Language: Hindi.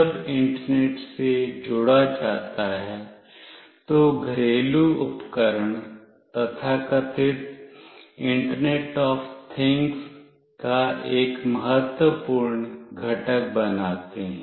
जब इंटरनेट से जोड़ा जाता है तो घरेलू उपकरण तथाकथित इंटरनेट ऑफ थिंग्स का एक महत्वपूर्ण घटक बनाते हैं